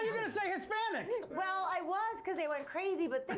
gonna say hispanic. well, i was, because they went crazy, but